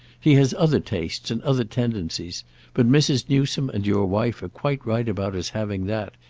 he has other tastes and other tendencies but mrs. newsome and your wife are quite right about his having that.